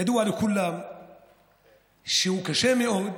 ידוע לכולם שהוא קשה מאוד,